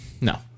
No